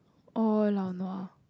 oh laonua